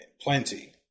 Plenty